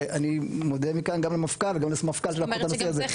ואני מודה מכאן גם למפכ"ל וגם לסמפכ"ל שלקחו את הנושא הזה.